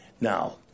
Now